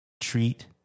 treat